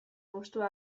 gustua